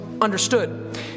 understood